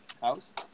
House